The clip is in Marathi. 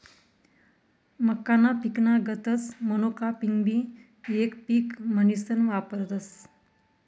मक्काना पिकना गतच मोनोकापिंगबी येक पिक म्हनीसन वापरतस